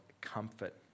comfort